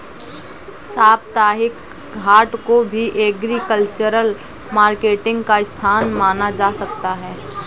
साप्ताहिक हाट को भी एग्रीकल्चरल मार्केटिंग का स्थान माना जा सकता है